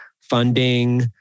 funding